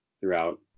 throughout